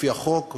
לפי החוק,